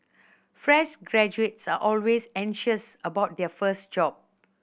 fresh graduates are always anxious about their first job